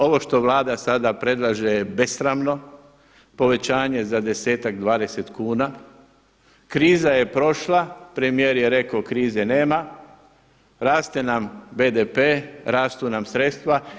Ovo što Vlada sada predlaže je besramno, povećanje za 10-ak, 20 kuna, kriza je prošla, premijer je rekao krize nema, raste nam BDP, rastu nam sredstva.